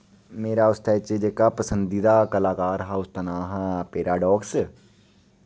मेरा उसदे च जेह्का पसंदीदा कलाकार हा उसदा नां हा पैराडाक्स